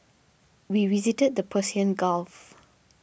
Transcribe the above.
we visited the Persian Gulf